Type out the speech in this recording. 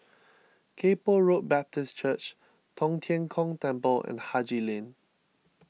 Kay Poh Road Baptist Church Tong Tien Kung Temple and Haji Lane